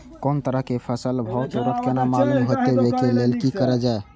कोनो तरह के फसल के भाव तुरंत केना मालूम होते, वे के लेल की करल जाय?